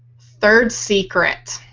third secret.